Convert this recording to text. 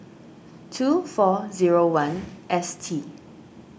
two four zero one S T